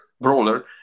brawler